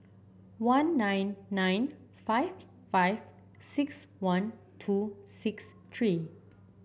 one nine nine five five six one two six three